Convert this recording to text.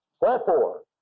Wherefore